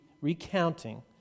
recounting